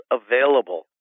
available